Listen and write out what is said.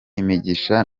imigisha